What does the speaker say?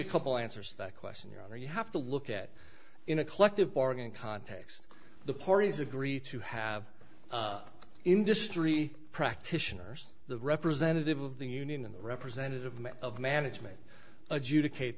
a couple answers that question you know you have to look at in a collective bargaining context the parties agree to have industry practitioners the representative of the union and the representative of management adjudicate